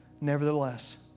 Nevertheless